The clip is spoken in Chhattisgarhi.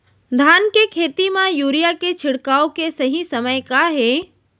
धान के खेती मा यूरिया के छिड़काओ के सही समय का हे?